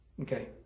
Okay